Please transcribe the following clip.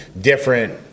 different